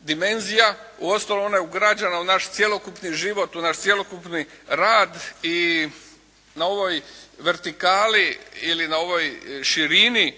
dimenzija. Uostalom, ona je ugrađena u naš cjelokupni život, u naš cjelokupni rad i na ovoj vertikali ili na ovoj širini